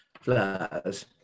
flowers